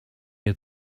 had